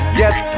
yes